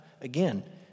Again